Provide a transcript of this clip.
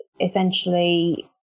essentially